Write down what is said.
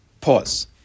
Pause